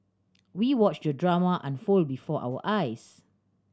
we watched the drama unfold before our eyes